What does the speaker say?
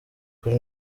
kuri